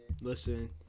Listen